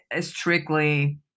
strictly